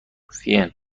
فین